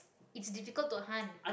it's difficult to hunt